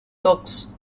docks